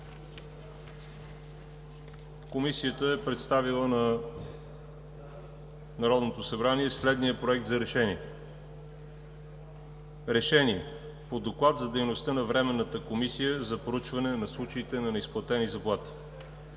Комисията е представила на Народното събрание следния „Проект! РЕШЕНИЕ по Доклада за дейността на Временната комисия за проучване на случаите на неизплатени заплати